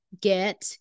get